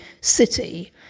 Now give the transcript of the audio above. city